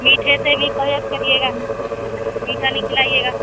میٹھے سے بھی پرہیز کریئے گا میٹھا نہیں کھلایئے گا